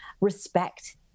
respect